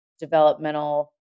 developmental